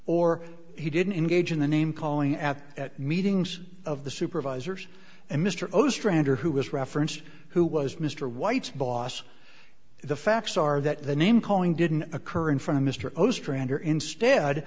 or he didn't engage in the name calling at at meetings of the supervisors and mr o's tranter who was referenced who was mr white's boss the facts are that the name calling didn't occur in front of mr o's tranter instead